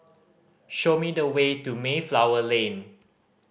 show me the way to Mayflower Lane